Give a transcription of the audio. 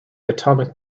atomic